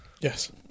Yes